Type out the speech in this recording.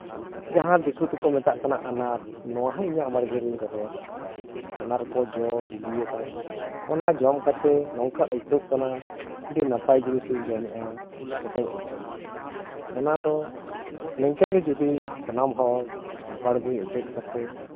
ᱡᱟᱦᱟᱸ ᱫᱤᱠᱩ ᱛᱮᱠᱚ ᱢᱮᱛᱟᱫ ᱠᱟᱱᱟ ᱟᱱᱟᱨ ᱱᱚᱣᱟ ᱦᱚᱸ ᱤᱧᱟᱹᱜ ᱵᱟᱲᱜᱮ ᱨᱤᱧ ᱨᱚᱦᱚᱭ ᱠᱟᱜᱼᱟ ᱟᱱᱟᱨ ᱠᱚ ᱡᱚ ᱵᱤᱞᱤᱭ ᱠᱟᱱᱟ ᱚᱱᱟ ᱡᱚᱢ ᱠᱟᱛᱮᱫ ᱱᱚᱝᱠᱟ ᱟᱹᱭᱠᱟᱹᱜ ᱠᱟᱱᱟ ᱟᱹᱰᱤ ᱱᱟᱯᱟᱭ ᱡᱤᱱᱤᱥ ᱤᱧ ᱡᱚᱢᱮᱜᱼᱟ ᱚᱱᱟᱫᱚ ᱱᱤᱝᱠᱟᱹ ᱜᱮ ᱡᱩᱫᱤ ᱥᱟᱱᱟᱢ ᱵᱟᱲᱜᱮ ᱮᱴᱮᱫ ᱠᱟᱛᱮᱫ